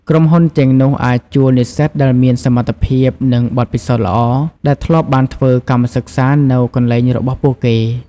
ក្រុមហ៊ុនទាំងនោះអាចជួលនិស្សិតដែលមានសមត្ថភាព និងបទពិសោធន៍ល្អ ដែលធ្លាប់បានធ្វើកម្មសិក្សានៅកន្លែងរបស់ពួកគេ។